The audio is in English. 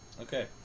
Okay